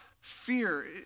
fear